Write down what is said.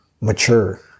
mature